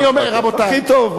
הכי טוב,